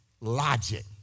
logic